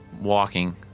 walking